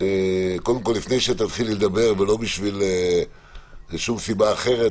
לפני שתתחילי לדבר ולא בשביל שום סיבה אחרת,